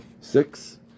six